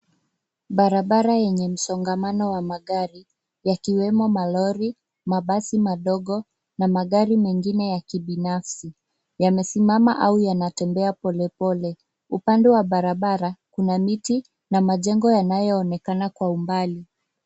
Barabara yenye msongamano wa magari yakiwemo malori, mabasi madogo na magari mengine ya kibinafsi yamesimama au yanatembea polepole. Upande wa barabara kuna miti na majengo yanayoonekana kwa umbali.